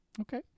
Okay